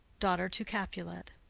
daughter to capulet.